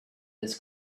his